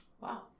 Wow